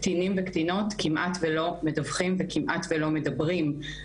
קטינים וקטינות כמעט ולא מדווחים וכמעט ולא מדברים.